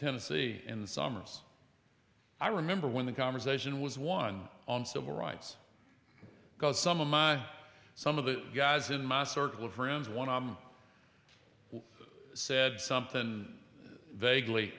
tennessee in the summers i remember when the conversation was one on civil rights because some of my some of the guys in my circle of friends when i said something vaguely